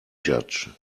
judge